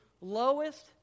lowest